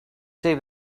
save